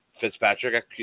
Fitzpatrick